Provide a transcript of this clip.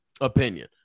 opinion